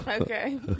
Okay